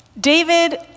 David